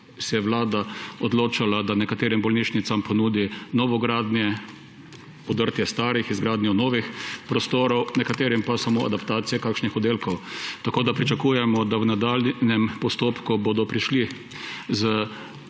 se je Vlada odločala, da nekaterim bolnišnicam ponudi novogradnje, podrtje starih, izgradnjo novih prostorov, nekaterim pa samo adaptacije kakšnih oddelkov. Tako da pričakujemo, da bodo v nadaljnjem postopku prišli z